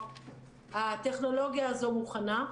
הטכנולוגיה הזאת מוכנה.